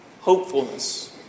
Hopefulness